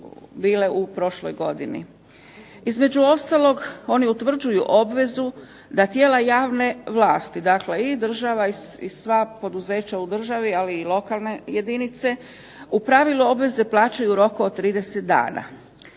Između ostalog oni utvrđuju obvezu da tijela državne vlasti, i država i sva poduzeća u državi ali i lokalne jedinice u pravilu obveze plaćaju u roku od 30 dana.